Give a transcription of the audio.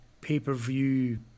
pay-per-view